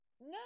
No